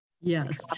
Yes